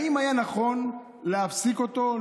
האם היה נכון להפסיק אותו,